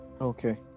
Okay